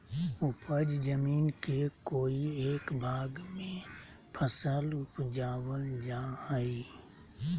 उपज जमीन के कोय एक भाग में फसल उपजाबल जा हइ